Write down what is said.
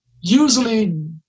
usually